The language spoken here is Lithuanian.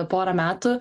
porą metų